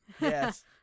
Yes